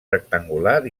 rectangular